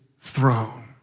throne